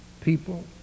people